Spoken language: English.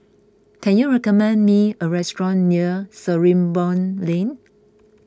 can you recommend me a restaurant near Sarimbun Lane